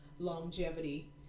longevity